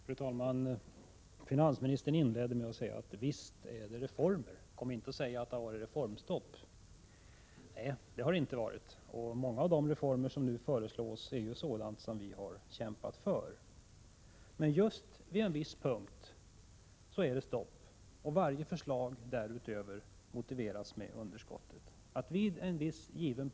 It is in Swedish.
Fru talman! Finansministern inledde med att säga: Visst sker reformer. Kom inte och säg att det har varit reformstopp. — Nej, det har det inte varit. Och många av de reformer som nu föreslås är sådana som vi har kämpat för. Men just vid en viss punkt är det precis stopp, och varje förslag därutöver avstyrks med motiveringen om underskotten.